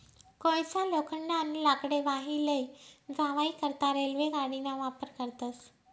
कोयसा, लोखंड, आणि लाकडे वाही लै जावाई करता रेल्वे गाडीना वापर करतस